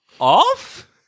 Off